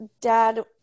dad